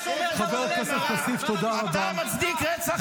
אתה פושע.